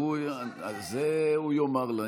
זה הוא יאמר.